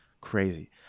crazy